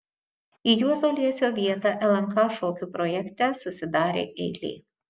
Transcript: į juozo liesio vietą lnk šokių projekte susidarė eilė